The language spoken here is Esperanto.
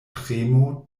tremo